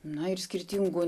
na ir skirtingų